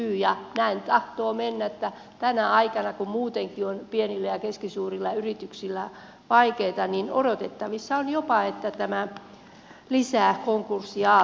näin tahtoo mennä että tänä aikana kun muutenkin on pienillä ja keskisuurilla yrityksillä vaikeata odotettavissa on jopa että tämä lisää konkurssiaaltoja